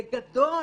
בגדול,